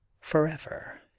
forever